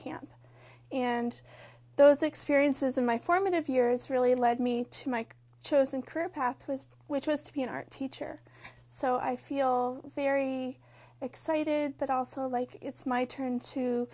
camp and those experiences in my formative years really led me to mike chosen career path was which was to be an art teacher so i feel very excited but also like it's my turn to